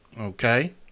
Okay